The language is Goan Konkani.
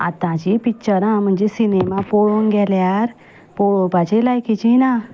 आतांची पिच्चरा म्हणजे सिनेमा पळोवंक गेल्यार पळोपाची लायकीची ना